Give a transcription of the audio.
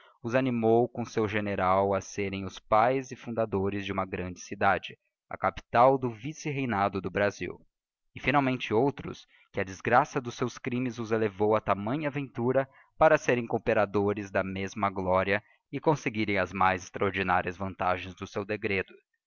google animou cora o seu general a berem os pães e fundado res de uma grande cidade a capital do vice reínado do brasil e finalmente outros que a desgraça dob seus crimes os elevou a tamanha ventura para serem cooperadores da mesma gloria e conseguirem a mais extraordinárias vantagens do seu degredo